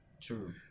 True